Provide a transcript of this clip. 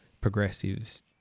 progressives